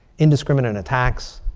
indiscriminate and attacks.